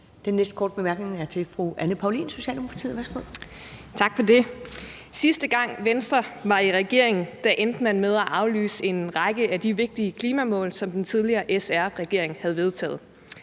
Den næste korte bemærkning er til fru Anne Paulin, Socialdemokratiet. Værsgo. Kl. 11:21 Anne Paulin (S) : Tak for det. Sidste gang Venstre var i regering, endte man med at aflyse en række af de vigtige klimamål, som den tidligere SR-regering havde vedtaget.